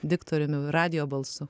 diktoriumi radijo balsu